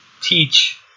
teach